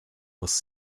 was